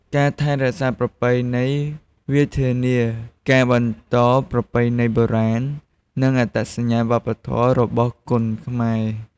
ការថែរក្សាប្រពៃណី វាធានាការបន្តប្រពៃណីបុរាណ និងអត្តសញ្ញាណវប្បធម៌របស់គុនខ្មែរ។